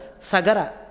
Sagara